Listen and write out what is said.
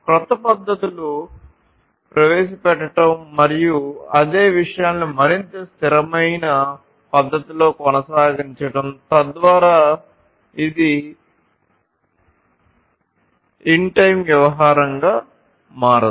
క్రొత్త పద్ధతుల పద్ధతులను ప్రవేశపెట్టడం మరియు అదే విషయాలను మరింత స్థిరమైన స్థిరమైన పద్ధతిలో కొనసాగించడం తద్వారా ఇది ine time వ్యవహారంగా మారదు